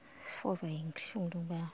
सबाइ ओंख्रि संदोंबा